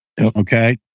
Okay